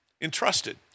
entrusted